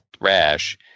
rash